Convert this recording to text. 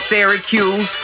Syracuse